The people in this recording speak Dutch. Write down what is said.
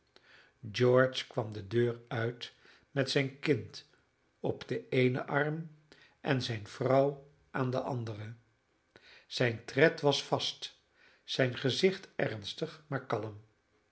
george kwam de deur uit met zijn kind op den eenen arm en zijne vrouw aan den anderen zijn tred was vast zijn gezicht ernstig maar kalm